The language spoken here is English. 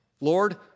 Lord